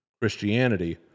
Christianity